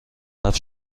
حرف